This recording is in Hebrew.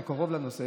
אתה קרוב לנושא.